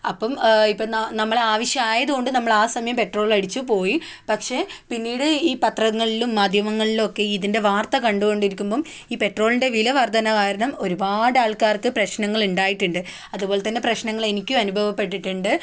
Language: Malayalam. അപ്പം ഇപ്പം നമ്മളെ ആവശ്യമായതുകൊണ്ട് നമ്മൾ ആ സമയം പെട്രോൾ അടിച്ചു പോയി പക്ഷേ പിന്നീട് ഈ പത്രങ്ങളിലും മാധ്യമങ്ങളിലും ഒക്കെ ഇതിൻ്റെ വാർത്ത കണ്ടുകൊണ്ടിരിക്കുമ്പോൾ ഈ പെട്രോളിൻ്റെ വില വർധന കാരണം ഒരുപാട് ആൾക്കാർക്ക് പ്രശ്നങ്ങൾ ഉണ്ടായിട്ടുണ്ട് അതുപോലെ തന്നെ പ്രശ്നങ്ങൾ എനിക്കും അനുഭവപ്പെട്ടിട്ടുണ്ട്